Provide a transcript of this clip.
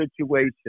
situation